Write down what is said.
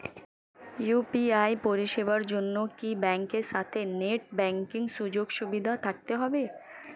UPI পরিষেবার জন্য কি ব্যাংকের সাথে নেট ব্যাঙ্কিং সুযোগ সুবিধা থাকতে হবে?